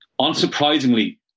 Unsurprisingly